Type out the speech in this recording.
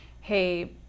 hey